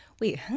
wait